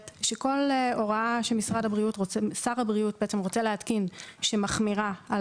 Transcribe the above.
שכל הוראה ששר הבריאות רוצה להתקין שמחמירה על